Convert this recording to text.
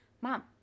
mom